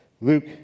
Luke